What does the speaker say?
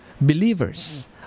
believers